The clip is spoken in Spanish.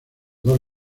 dos